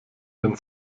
denn